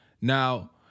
Now